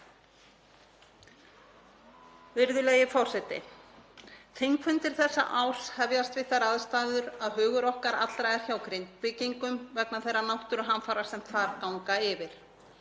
Virðulegi forseti. Þingfundir þessa árs hefjast við þær aðstæður að hugur okkar allra er hjá Grindvíkingum vegna þeirra náttúruhamfara sem þar ganga yfir.